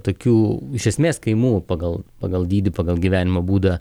tokių iš esmės kaimų pagal pagal dydį pagal gyvenimo būdą